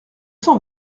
cent